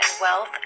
wealth